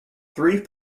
three